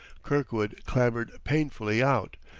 kirkwood clambered painfully out,